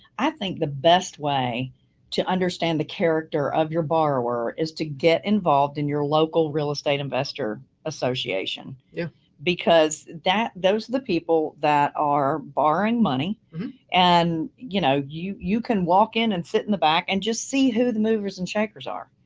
i think the best way to understand the character of your borrower is to get involved in your local real estate investor association yeah because those are the people that are borrowing money and, you know, you you can walk in and sit in the back and just see who the movers and shakers are,